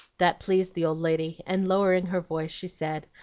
that pleased the old lady, and, lowering her voice, she said,